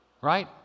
right